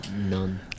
None